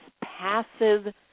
passive